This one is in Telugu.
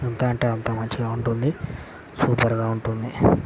ఎంత అంటే అంత మంచిగా ఉంటుంది సూపర్గా ఉంటుంది